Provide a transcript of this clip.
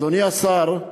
אדוני השר.